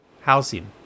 housing